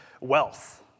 wealth